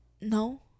No